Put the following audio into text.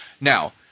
Now